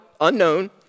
unknown